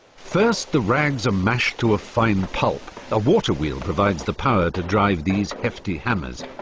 first the rags are mashed to a fine pulp. a water wheel provides the power to drive these hefty hammers.